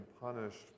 punished